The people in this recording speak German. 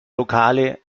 lokale